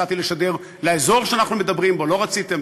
הצעתי לשדר לאזור שאנחנו מדברים בו, לא רציתם.